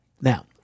Now